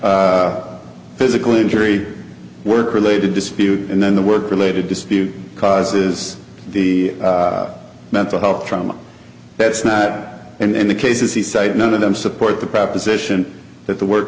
physical injury work related dispute and then the work related dispute causes the mental health trauma that's not and the cases he cited none of them support the proposition that the wor